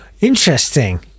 Interesting